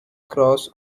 cross